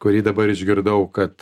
kurį dabar išgirdau kad